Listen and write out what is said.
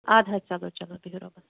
اَدٕ حظ چلو چلو بیٚہِو رۄبَس حَوالہٕ